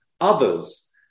others